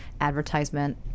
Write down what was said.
advertisement